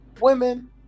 women